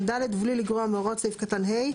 (ד) ובלי לגרוע מהוראות סעיף קטן (ה),